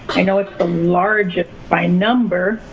i know it's the largest, by number,